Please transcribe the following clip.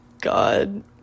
God